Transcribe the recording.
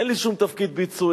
אין לי שום תפקיד ביצועי,